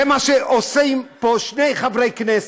זה מה שעושים פה שני חברי כנסת.